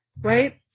Right